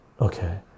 okay